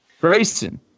Grayson